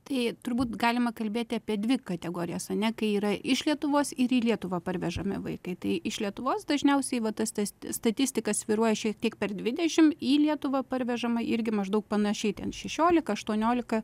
tai turbūt galima kalbėti apie dvi kategorijas ane kai yra iš lietuvos ir į lietuvą parvežami vaikai tai iš lietuvos dažniausiai va tas tas statistikas svyruoja šiek tiek per dvidešim į lietuvą parvežama irgi maždaug panašiai ten šešiolika aštuoniolika